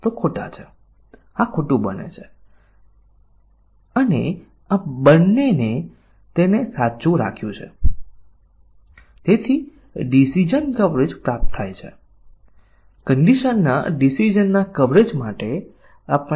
જો એક પ્રોગ્રામના બધા એલિમેંટ કે જે એક વ્યૂહરચના દ્વારા આવરી લેવામાં આવ્યા છે તે અન્ય વ્યૂહરચના દ્વારા આવરી લેવામાં આવેલા પ્રોગ્રામ એલિમેંટને આવરી લેવાની બાંયધરી આપે છે તો આ મજબૂત કવરેજ છે અને જ્યાં તે ફક્ત પ્રોગ્રામ એલિમેંટના સબસેટને આવરે છે આપણે તેને નબળા પરીક્ષણ કહીશું